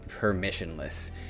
permissionless